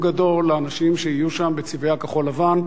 גדול לאנשים שיהיו שם בצבעי הכחול-לבן,